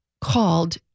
called